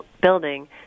building